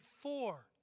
four